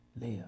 Live